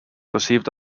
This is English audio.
received